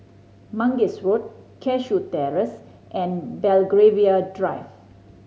Mangis Road Cashew Terrace and Belgravia Drive